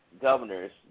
governors